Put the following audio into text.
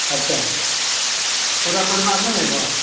अच्छा पूरा परिवार नहि अयबै